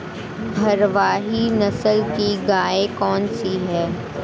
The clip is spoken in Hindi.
भारवाही नस्ल की गायें कौन सी हैं?